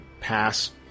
pass